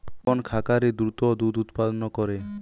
কোন খাকারে দ্রুত দুধ উৎপন্ন করে?